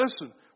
Listen